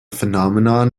phenomenon